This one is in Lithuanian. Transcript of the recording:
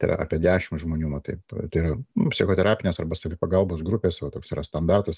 tai yra apie dešim žmonių va taip tai yra psichoterapinės arba savipagalbos grupės va toks yra standartas